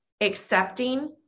accepting